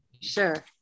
sure